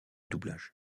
doublage